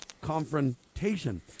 confrontation